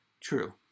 True